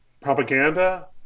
propaganda